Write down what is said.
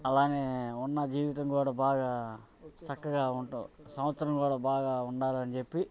అలాగే ఉన్న జీవితం కూడా బాగా చక్కగా ఉంటాం సంవత్సరం కూడా బాగా ఉండాలని చెప్పి